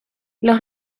los